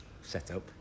set-up